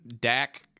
Dak